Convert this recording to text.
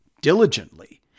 diligently